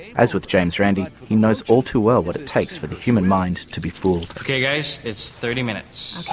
as with james randi, he knows all too well what it takes for the human mind to be fooled. okay guys, it's thirty minutes.